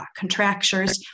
contractures